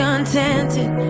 Contented